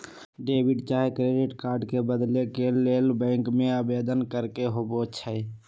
debit चाहे credit card के बदले के लेल बैंक में आवेदन करेके होइ छइ